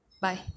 bye